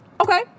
Okay